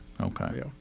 okay